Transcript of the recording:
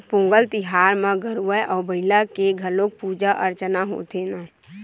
पोंगल तिहार म गरूवय अउ बईला के घलोक पूजा अरचना होथे न